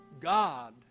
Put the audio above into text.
God